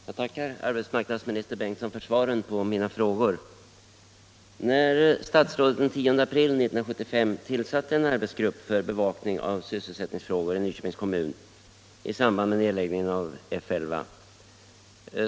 Fru talman! Jag tackar arbetsmarknadsminister Bengtsson för svaren på mina frågor. Den 10 april 1975 tillsatte statsrådet en arbetsgrupp för bevakning av I sysselsättningsfrågor i Nyköpings kommun i samband med nedläggning — Om sysselsättningsen av F 11.